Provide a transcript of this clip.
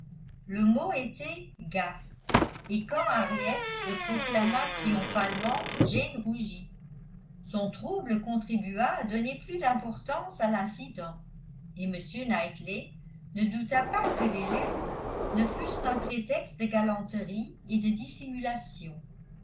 le mot était gaffe et quand henriette le proclama triomphalement jane rougit son trouble contribua à donner plus d'importance à l'incident et m knightley ne douta pas que les lettres ne fussent un prétexte de galanterie et de dissimulation